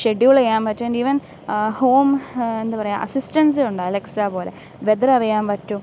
schedule ചെയ്യാൻ പറ്റും and even home എന്താ പറയുക അസിസ്റ്റൻസ് ഉണ്ട് അലക്സാ പോലെ വെതെർ അറിയാൻ പറ്റും